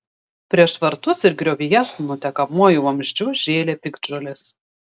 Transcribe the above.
prieš vartus ir griovyje su nutekamuoju vamzdžiu žėlė piktžolės